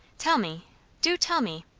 tell me do tell me?